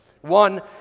One